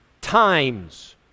Times